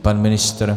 Pan ministr?